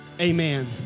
amen